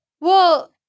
Well-